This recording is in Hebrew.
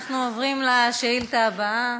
אנחנו עוברים לשאילתה הבאה.